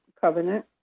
covenant